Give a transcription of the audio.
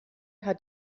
hat